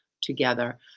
together